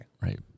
Right